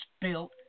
built